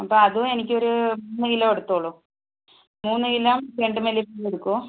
അപ്പം അതും എനിക്ക് ഒര് മൂന്ന് കിലോ എടുത്തോളൂ മൂന്ന് കിലോ ചെണ്ടുമല്ലി ഫുള്ള് എടുക്കുമോ